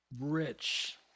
rich